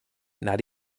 not